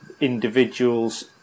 individuals